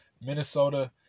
Minnesota